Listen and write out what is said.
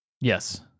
Yes